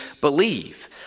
believe